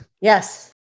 Yes